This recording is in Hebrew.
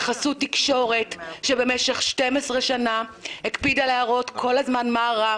בחסות תקשורת שבמשך 12 שנה הקפידה להראות מה רע,